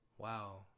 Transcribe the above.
wow